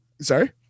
Sorry